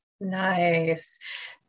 Nice